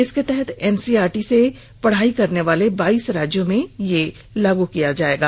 इसके तहत एनसीआरटी से पढाई करवाने वाले बाईस राज्यों में यह लाग होगा